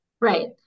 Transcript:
Right